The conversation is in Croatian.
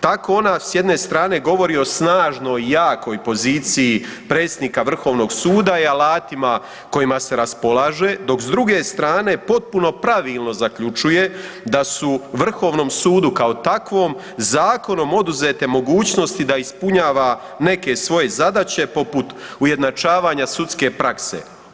Tako ona s jedne strane govori o snažnoj i jakoj poziciji predsjednika Vrhovnog suda i alatima kojima se raspolaže, dok s druge strane potpuno pravilno zaključuje da su Vrhovnom sudu kao takvom, zakonom oduzete mogućnosti da ispunjava neke svoje zadaće poput ujednačavanja sudske prakse.